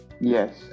Yes